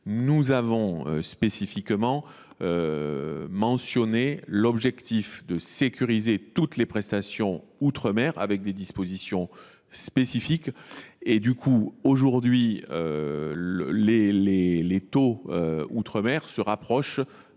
nous avons spécialement mentionné l’objectif de sécuriser toutes les prestations outre mer par des dispositions spécifiques. Par conséquent, aujourd’hui, les taux ultramarins se rapprochent